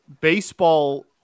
baseball